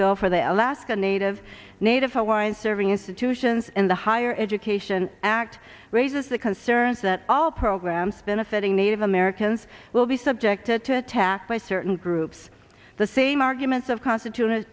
bill for the alaska native native hawaiian serving institutions and higher education act raises the concerns that all programs benefiting native americans will be subjected to attack by certain groups the same arguments of constitut